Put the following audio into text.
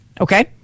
Okay